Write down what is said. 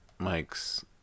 Mike's